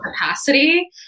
capacity